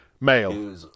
Male